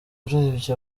urebye